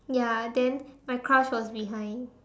ya then my crush was behind